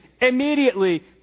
Immediately